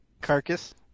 carcass